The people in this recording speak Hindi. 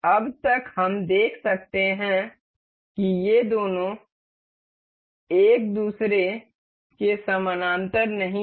अब तक हम देख सकते हैं कि ये दोनों एक दूसरे के समानांतर नहीं हैं